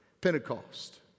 Pentecost